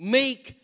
make